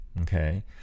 Okay